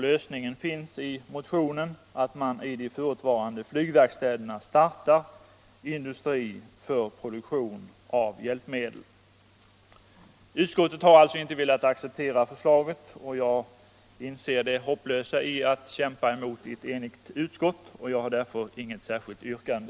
Lösningen av denna fråga anvisas i motionen, nämligen att man i de förutvarande flygverkstäderna startar en industri för produktion av hjälpmedel. Utskottet har som sagt inte velat acceptera förslaget, och jag inser det hopplösa i att kämpa emot ett enigt utskott. Jag har därför inget särskilt yrkande.